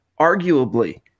arguably